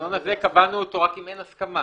המנגנון הזה קבענו אותו רק אם אין הסכמה.